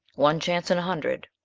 one chance in a hundred,